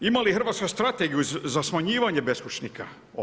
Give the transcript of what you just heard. Ima li Hrvatska strategiju za smanjivanje beskućnika?